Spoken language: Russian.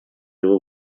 его